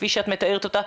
כפי שאת מתארת אותה,